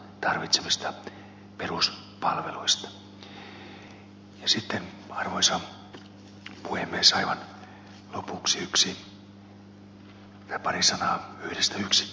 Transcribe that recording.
sitten arvoisa puhemies aivan lopuksi vielä pari sanaa yhdestä yksittäisestä toimintasektorista eli marjoista ja sienistä